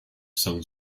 some